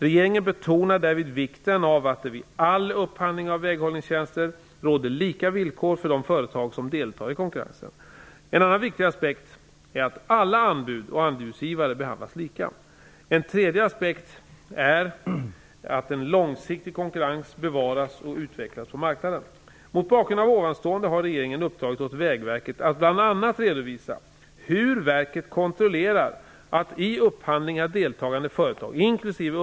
Regeringen betonar därvid vikten av att det vid all upphandling av väghållningstjänster råder lika villkor för de företag som deltar i konkurrensen. En annan viktig aspekt är att alla anbud och anbudsgivare behandlas lika. En tredje aspekt är att en långsiktig konkurrens bevaras och utvecklas på marknaden. Mot bakgrund av ovanstående har regeringen uppdragit åt Vägverket att bl.a. redovisa hur verket kontrollerar att i upphandlingar deltagande företag inkl.